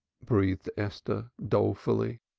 breathed esther dolefully.